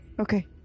Okay